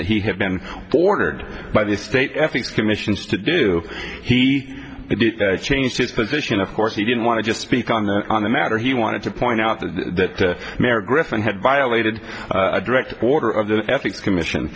that he had been ordered by the state ethics commission to do he changed his position of course he didn't want to just speak on the matter he wanted to point out that mare griffin had violated a direct order of the ethics commission